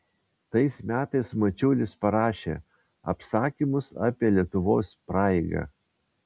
tais metais mačiulis parašė apsakymus apie lietuvos praeigą